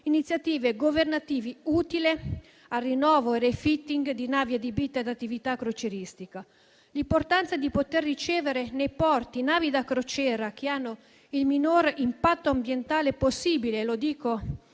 iniziative governative utili al rinnovo e al *refitting* di navi adibite ad attività crocieristica. L'importanza di poter ricevere nei porti navi da crociera che abbiano il minor impatto ambientale possibile - lo dico